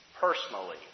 personally